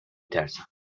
ترسم